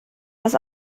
das